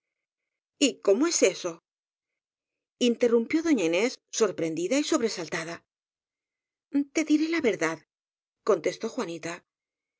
mortalmente y cómo es eso interrumpió doña inés sor prendida y sobresaltada t e diré la verdad contestó juanita